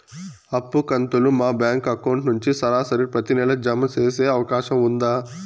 అప్పు కంతులు మా బ్యాంకు అకౌంట్ నుంచి సరాసరి ప్రతి నెల జామ సేసే అవకాశం ఉందా?